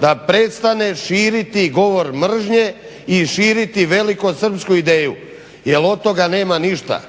da prestane širiti govor mržnje i širiti velikosrpsku ideju jer od toga nema ništa.